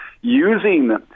using